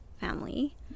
family